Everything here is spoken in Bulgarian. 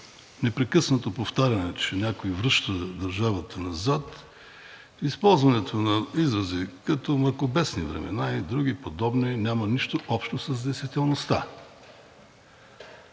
непрекъснато повтаряне, че някой връща държавата назад, използването на изрази като мракобесни времена и други подобни няма нищо общо с действителността.